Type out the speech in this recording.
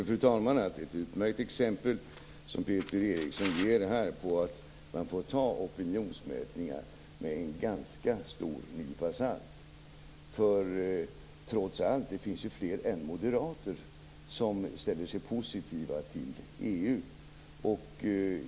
Fru talman! Peter Eriksson ger här ett utmärkt exempel på att man får ta opinionsmätningar med en ganska stor nypa salt. Trots allt finns det fler än moderater som ställer sig positiva till EU.